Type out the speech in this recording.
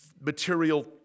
material